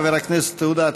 חבר הכנסת עודה,